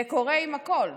זה קורה עם הכול.